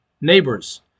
neighbors